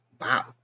wow